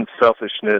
unselfishness